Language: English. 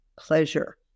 pleasure